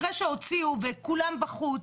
אחרי שהוציאו, וכולם בחוץ,